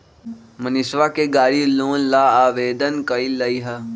मनीषवा ने गाड़ी लोन ला आवेदन कई लय है